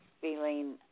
feeling